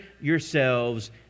yourselves